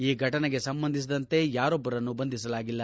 ಈ ಘಟನೆಗೆ ಸಂಭವಿಸಿದಂತೆ ಯಾರೊಬ್ಬರನ್ನು ಬಂಧಿಸಲಾಗಿಲ್ಲ